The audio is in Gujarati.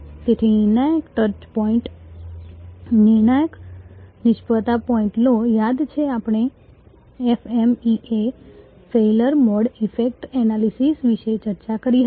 તેથી નિર્ણાયક ટચ પોઈન્ટ્સ નિર્ણાયક નિષ્ફળતા પોઈન્ટ્સ લો યાદ છે આપણે FMEA failure mode effect analysis વિશે ચર્ચા કરી હતી